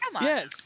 yes